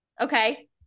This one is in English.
Okay